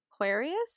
Aquarius